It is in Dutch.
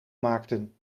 maakten